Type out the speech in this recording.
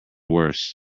worse